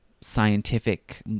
scientific